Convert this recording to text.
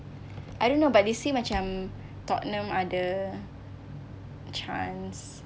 I don't know but they say tottenham ada chance